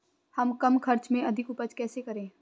हम कम खर्च में अधिक उपज कैसे करें?